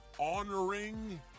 honoring